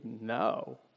no